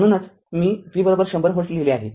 म्हणूनच मी V १०० volt लिहिले आहे